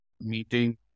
meeting